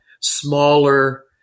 smaller